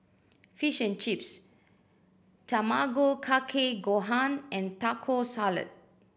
Fish and Chips Tamago Kake Gohan and Taco Salad